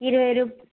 ఇరవై రూపాయలు